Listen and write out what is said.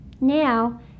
Now